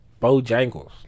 bojangles